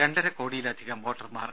രണ്ടര കോടിയിലധികം വോട്ടർമാർ